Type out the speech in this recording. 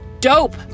dope